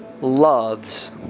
loves